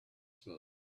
smoke